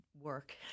work